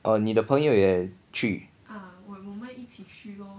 哦你的朋友也去